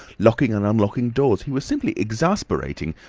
locking and unlocking doors. he was simply exasperating.